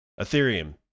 Ethereum